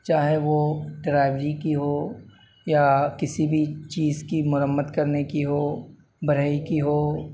چاہے وہ ڈرائیوری کی ہو یا کسی بھی چیز کی مرمت کرنے کی ہو بڑھی کی ہو